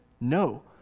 No